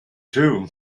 too